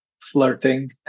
flirting